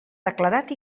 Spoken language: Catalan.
declarat